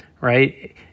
right